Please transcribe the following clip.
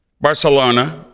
Barcelona